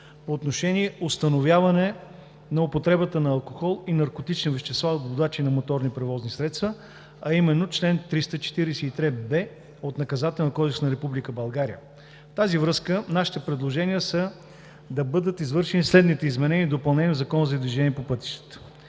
по отношение установяване на употребата на алкохол и наркотични вещества от водачи на моторни превозни средства, а именно чл. 343б от Наказателния кодекс на Република България. В тази връзка нашите предложения са да бъдат извършени следните изменения и допълнения в Закона за движение по пътищата: